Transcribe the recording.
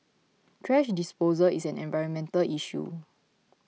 thrash disposal is an environmental issue